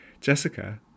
Jessica